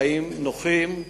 חיים נוחים,